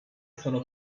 sono